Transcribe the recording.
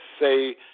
say